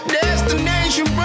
destination